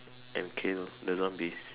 and kill the zombies